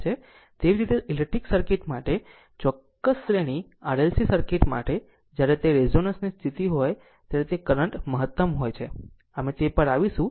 તેવી જ રીતે ઇલેક્ટ્રિકલ સર્કિટ માટે ચોક્કસ શ્રેણી RLC સર્કિટ માટે જ્યારે તે રેઝોનન્સ ની સ્થિતિ હોય ત્યારે કરંટ મહત્તમ હોય છે અમે તે પર આવીશું